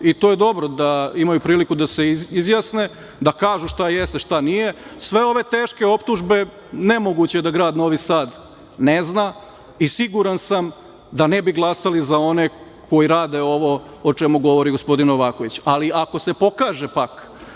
i to je dobro da imaju priliku da se izjasne, da kažu šta jeste, a šta nije. Sve ove teške optužbe, nemoguće da grad Novi Sad ne zna i siguran sam da ne bi glasali za one koji rade ovo o čemu govori gospodin Novaković. Ali, ako se pokaže pak